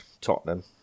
Tottenham